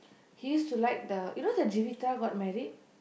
he used to like the you know the Jeevitha got married